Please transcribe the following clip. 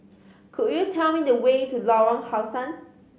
could you tell me the way to Lorong How Sun